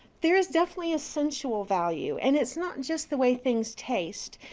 there is definitely a sensual value. and it's not just the way things taste.